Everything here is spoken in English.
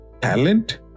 talent